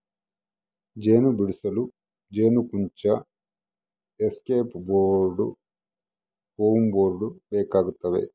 ಜೇನು ಬಿಡಿಸಲು ಜೇನುಕುಂಚ ಎಸ್ಕೇಪ್ ಬೋರ್ಡ್ ಫ್ಯೂಮ್ ಬೋರ್ಡ್ ಬೇಕಾಗ್ತವ